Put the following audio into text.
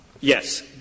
Yes